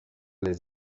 les